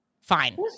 fine